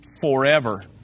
forever